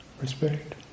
respect